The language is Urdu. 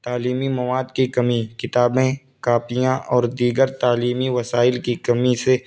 تعلیمی مواد کی کمی کتابیں کاپیاں اور دیگر تعلیمی وسائل کی کمی سے